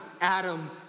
Adam